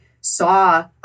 saw